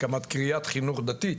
הרמת קריית חינוך דתית